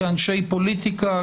כאנשי פוליטיקה,